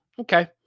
Okay